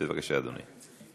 בבקשה, אדוני.